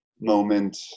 moment